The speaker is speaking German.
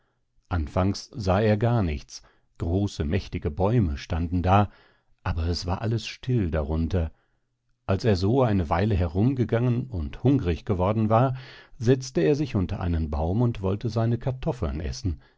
anfangs sah er gar nichts große mächtige bäume standen da aber es war alles still darunter als er so eine weile herumgegangen und hungrig geworden war setzte er sich unter einen baum und wollte seine kartoffeln essen